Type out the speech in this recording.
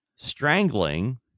strangling